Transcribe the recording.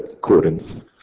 Corinth